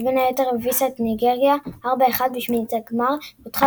שבין היתר הביסה את ניגריה 1–4 בשמינית הגמר והודחה